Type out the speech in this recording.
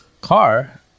car